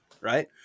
right